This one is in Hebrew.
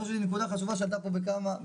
אני חושב שזו נקודה חשובה שעלתה פה אצל